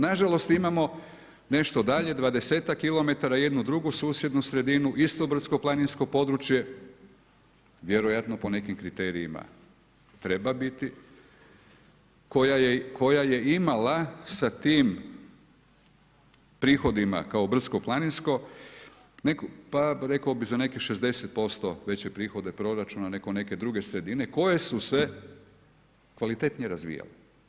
Nažalost imamo nešto dalje, 20-ak km jednu drugu susjednu sredinu, isto brdsko-planinsko područje, vjerojatno po nekim kriterijima treba biti, koja je imala s tim prihodima kao brdsko-planinsko pa rekao bi za nekih 60% veće prihode proračuna nego neke druge sredine koje su se kvalitetnije razvijale.